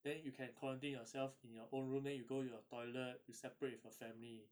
then you can quarantine yourself in your own room then you go your toilet you separate with your family